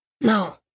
No